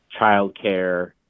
childcare